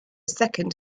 second